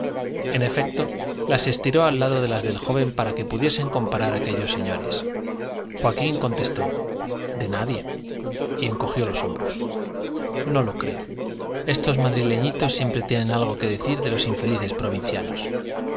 en efecto las estiró al lado de las del joven para que pudiesen comparar aquellos señores joaquín contestó de nadie y encogió los hombros no lo creo estos madrileñitos siempre tienen algo que decir de los infelices provincianos